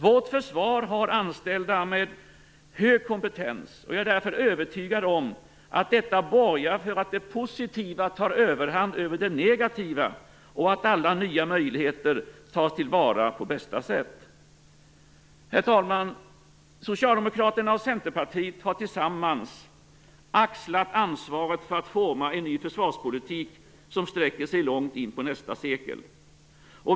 Vårt försvar har anställda med hög kompetens, och jag är därför övertygad om att detta borgar för att det positiva tar överhand över det negativa och att alla nya möjligheter tas till vara på bästa sätt. Herr talman! Socialdemokraterna och Centerpartiet har tillsammans axlat ansvaret för att forma en ny försvarspolitik, som sträcker sig långt in på nästa sekel.